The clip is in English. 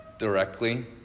directly